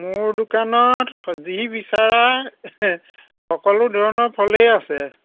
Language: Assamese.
মোৰ দোকানত যি বিচাৰা সকলো ধৰণৰ ফলেই আছে